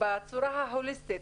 בצורה הוליסטית,